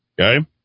Okay